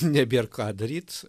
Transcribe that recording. nebėr ką daryt